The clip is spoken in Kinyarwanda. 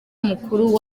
mukuru